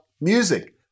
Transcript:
music